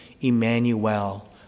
Emmanuel